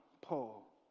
Paul